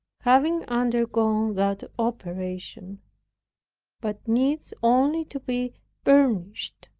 having undergone that operation but needs only to be burnished.